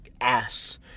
Ass